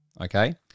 Okay